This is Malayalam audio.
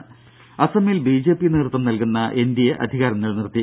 ദേദ അസമിൽ ബിജെപി നേതൃത്വം നൽകുന്ന എൻഡിഎ അധികാരം നിലനിർത്തി